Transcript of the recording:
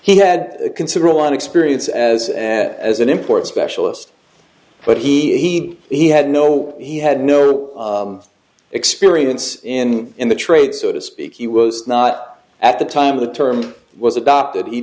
he had considerable experience as an as an import specialist but he he had no he had no experience in in the trade so to speak he was not at the time the term was adopted he